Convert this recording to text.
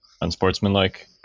Unsportsmanlike